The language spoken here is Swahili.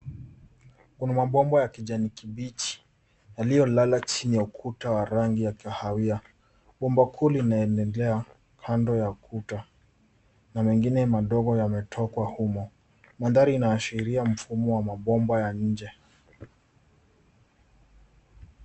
Kuna mabomba ya kijani kibichi, yaliyolala chini ya ukuta wa rangi ya kahawia, umbakuli inaendelea kando ya ukuta na mengine madogo yametoka humo. Mandhari inaashiri mfumo wa mabomba ya nje.